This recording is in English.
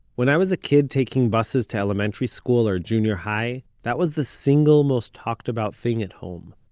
when i was a kid taking buses to elementary school or junior-high, that was the single most talked about thing at home.